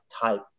type